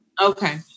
Okay